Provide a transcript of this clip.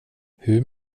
hur